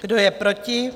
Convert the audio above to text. Kdo je proti?